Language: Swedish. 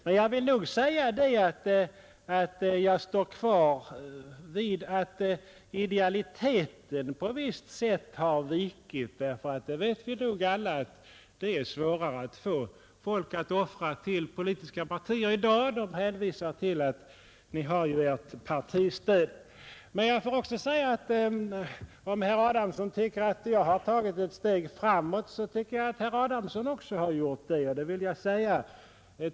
Men jag står fast vid att idealiteten på visst sätt har vikit. Vi vet nog alla att det i dag är svårare att få folk att offra till politiska partier; de hänvisar till att vi ju har vårt partistöd. Herr Adamsson tycker att jag har tagit ett steg framåt. Det tycker jag att herr Adamsson har gjort också.